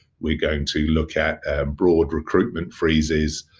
we're going to look at broad recruitment freezes,